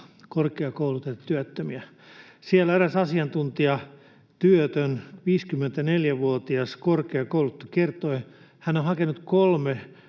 korkeakoulutettuja työttömiä. Siellä eräs asiantuntija, työtön 54-vuotias korkeakoulutettu, kertoi, että hän on